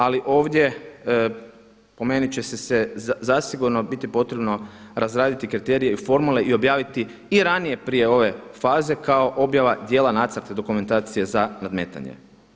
Ali ovdje po meni će zasigurno biti potrebno razraditi kriterije i formalno ih objaviti i ranije prije ove faze kao objava dijela nacrta dokumentacije za nadmetanje.